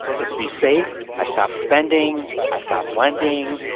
so to be safe, i stopped spending. i stopped lending.